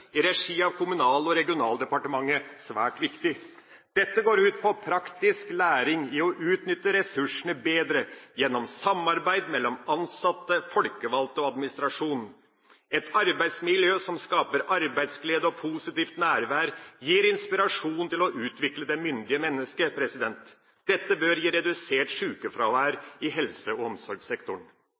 i regi av Kommunal- og regionaldepartementet svært viktig. Dette går ut på praktisk læring i å utnytte ressursene bedre gjennom samarbeid mellom ansatte, folkevalgte og administrasjon. Et arbeidsmiljø som skaper arbeidsglede og positivt nærvær, gir inspirasjon til å utvikle det myndige mennesket. Dette bør gi redusert sjukefravær i helse- og omsorgssektoren.